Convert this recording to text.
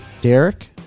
Derek